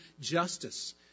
justice